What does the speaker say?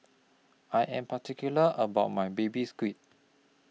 I Am particular about My Baby Squid